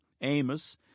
Amos